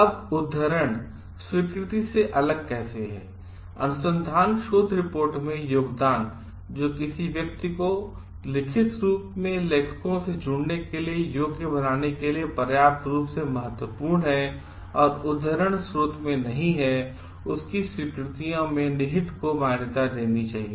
अब उद्धरण स्वीकृति से अलग कैसे है अनुसंधान शोध रिपोर्ट में योगदान जो किसी व्यक्ति को लिखित रूप में लेखकों से जुड़ने के लिए योग्य बनाने के लिए पर्याप्त रूप से महत्वपूर्ण है और उद्धरण स्रोत में नहीं है उसको स्वीकृतियां में निहित को मान्यता दी जानी चाहिए